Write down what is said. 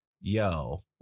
yo